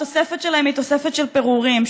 התוספת שלהם היא תוספת של פירורים,